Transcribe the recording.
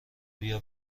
بیا